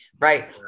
right